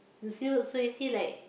you so you see like